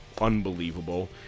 unbelievable